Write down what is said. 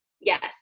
yes